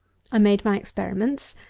i made my experiments,